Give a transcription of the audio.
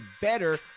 better